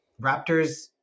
Raptors